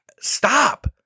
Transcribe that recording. Stop